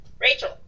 Rachel